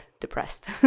depressed